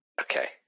Okay